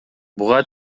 буга